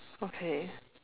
okay